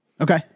okay